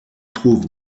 trouve